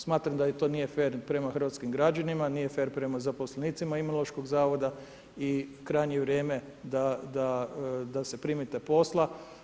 Smatram da to nije fer prema hrvatskim građanima, nije fer prema zaposlenicima Imunološkog zavoda i krajnje je vrijeme da se primite posla.